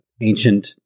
ancient